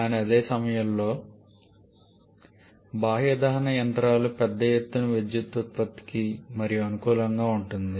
కానీ అదే సమయంలో బాహ్య దహన యంత్రాలు పెద్ద ఎత్తున విద్యుత్ ఉత్పత్తికి మరింత అనుకూలంగా ఉంటాయి